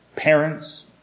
parents